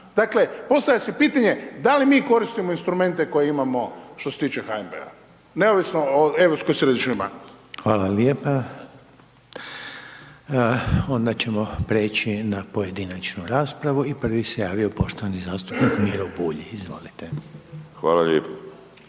Dakle, postavlja se pitanje, da li mi koristimo instrumente koje imamo što se tiče HNB-a neovisno o Europskoj središnjoj banci. **Reiner, Željko (HDZ)** Hvala lijepa. Onda ćemo preći na pojedinačnu raspravu i prvi se javio poštovani zastupnik Miro Bulj, izvolite. **Bulj,